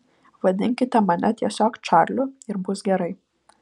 vadinkite mane tiesiog čarliu ir bus gerai